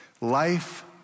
Life